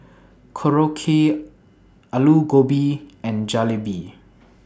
Korokke Alu Gobi and Jalebi